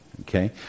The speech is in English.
Okay